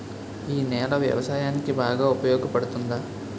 ఈ నేల వ్యవసాయానికి బాగా ఉపయోగపడుతుందా?